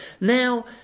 now